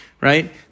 Right